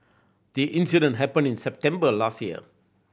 the incident happened in September last year